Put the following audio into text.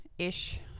ish